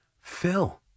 Phil